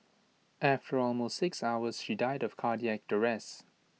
after almost six hours she died of cardiac arrest